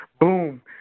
boom